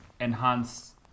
enhance